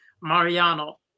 Mariano